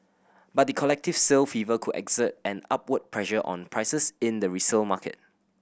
but the collective sale fever could exert an upward pressure on prices in the resale market